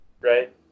right